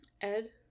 Ed